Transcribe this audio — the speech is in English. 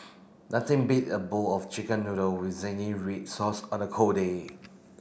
nothing beat a bowl of chicken noodle with zingy red sauce on a cold day